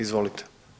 Izvolite.